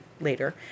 later